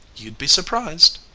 you'd be surprised.